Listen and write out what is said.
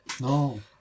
No